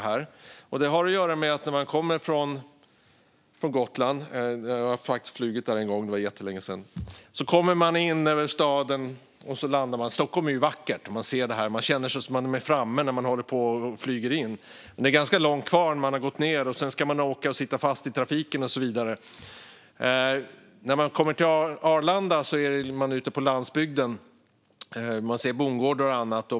När man kommer från Gotland - jag har flugit den sträckan en gång för jättelänge sedan - flyger man in över staden och landar på Bromma. Man ser det vackra Stockholm, och det känns som att man är framme när man håller på och flyger in. Men det är egentligen ganska långt kvar; när man har landat ska man åka vidare, sitta fast i trafiken och så vidare. När man kommer till Arlanda är man ute på landsbygden och ser bondgårdar och annat.